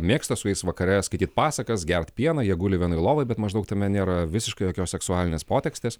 mėgsta su jais vakare skaityt pasakas gert pieną jie guli vienoj lovoj bet maždaug tame nėra visiškai jokios seksualinės potekstės